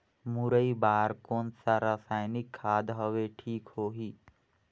मुरई बार कोन सा रसायनिक खाद हवे ठीक होही?